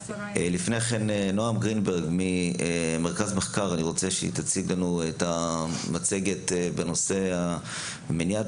אני רוצה שנעם גרינברג ממרכז המחקר תציג לנו את המצגת בנושא מניעת